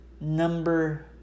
number